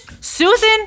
Susan